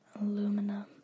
aluminum